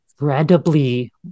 incredibly